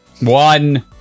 One